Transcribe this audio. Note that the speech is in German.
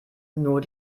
nur